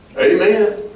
Amen